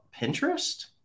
Pinterest